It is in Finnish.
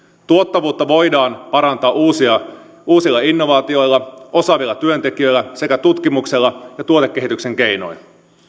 tuottavuutta voidaan parantaa uusilla innovaatioilla osaavilla työntekijöillä sekä tutkimuksella ja tuotekehityksen keinoin